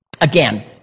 Again